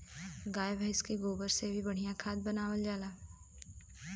गाय भइस के गोबर से बढ़िया खाद भी बनावल जाला